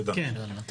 תודה.